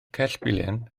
cellbilen